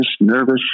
nervous